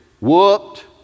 whooped